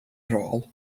rôl